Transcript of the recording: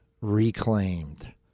reclaimed